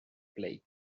plate